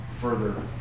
further